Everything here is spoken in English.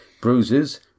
bruises